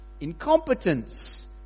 incompetence